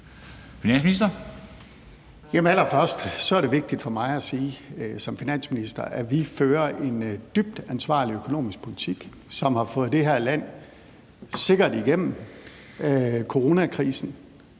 Allerførst er det vigtigt for mig at sige som finansminister, at vi fører en dybt ansvarlig økonomisk politik, som har fået det her land sikkert igennem coronakrisen,